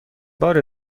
بار